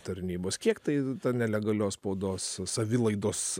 tarnybos kiek tai nelegalios spaudos savilaidos